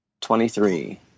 Twenty-three